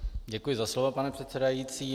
Děkuji za slovo, pane předsedající.